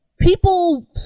People